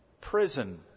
prison